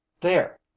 There